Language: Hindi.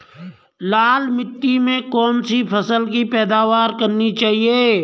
लाल मिट्टी में कौन सी फसल की पैदावार करनी चाहिए?